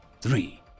Three